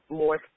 more